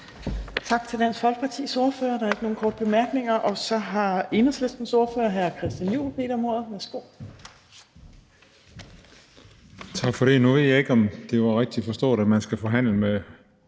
Tak til Dansk Folkepartis ordfører. Der er ikke nogen korte bemærkninger. Så har Enhedslistens ordfører hr. Christian Juhl bedt om ordet. Værsgo. Kl. 17:08 (Ordfører) Christian Juhl (EL): Tak for det. Nu ved jeg ikke, om det var rigtigt forstået, at man skal forhandle med